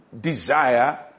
desire